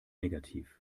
negativ